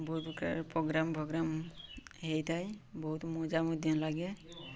ବହୁତ ପ୍ରକାର ପ୍ରୋଗ୍ରାମ୍ ଫୋଗ୍ରାମ୍ ହେଇଥାଏ ବହୁତ ମଜା ମଧ୍ୟ ଲାଗେ